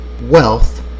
Wealth